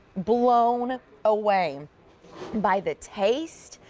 blown away by the taste,